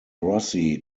rossi